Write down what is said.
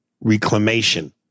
reclamation